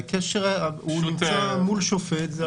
הוא נמצא מול שופט.